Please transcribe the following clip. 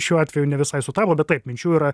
šiuo atveju ne visai sutapo bet taip minčių yra